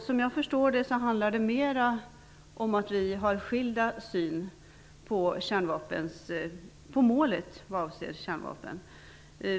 Som jag förstår det handlar det mera om en skiljaktig syn vad avser målet för arbetet med kärnvapen.